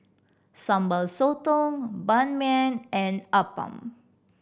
Sambal Sotong Ban Mian and appam